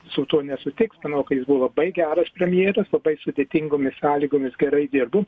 su tuo nesutiks manau kad jis buvo labai geras premjeras labai sudėtingomis sąlygomis gerai dirbo